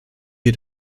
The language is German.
wir